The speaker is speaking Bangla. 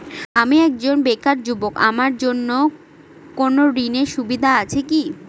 আমি একজন বেকার যুবক আমার জন্য কোন ঋণের সুবিধা আছে কি?